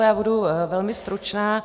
Já budu velmi stručná.